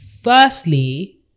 firstly